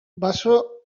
baso